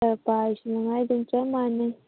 ꯈꯔ ꯄꯥꯔꯤꯁꯤ ꯃꯉꯥꯏ ꯑꯗꯨꯝ ꯆꯞ ꯃꯥꯟꯅꯩ